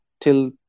till